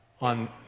on